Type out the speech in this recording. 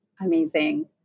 Amazing